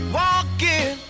walking